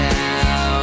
now